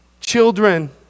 children